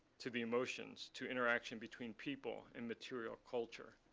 to the emotions, to interaction between people and material culture,